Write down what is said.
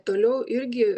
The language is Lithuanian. toliau irgi